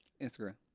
Instagram